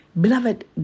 Beloved